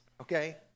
okay